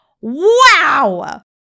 Wow